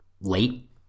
late